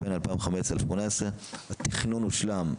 בין 2015 ל-2018 התכנון הושלם,